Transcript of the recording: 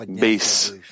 base